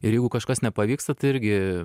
ir jeigu kažkas nepavyksta tai irgi